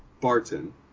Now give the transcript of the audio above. Barton